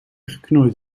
geknoeid